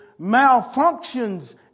malfunctions